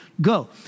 go